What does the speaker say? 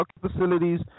facilities